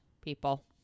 people